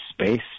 space